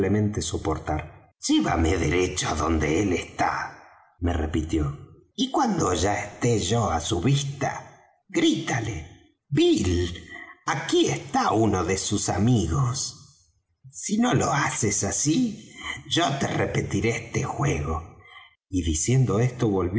soportar llévame derecho á donde él está me repitió y cuando ya esté yo á su vista grítale bill aquí esta uno de sus amigos si no lo haces así yo te repetiré este juego y diciendo esto